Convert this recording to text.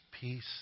peace